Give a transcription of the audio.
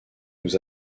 nous